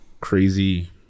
crazy